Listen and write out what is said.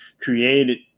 created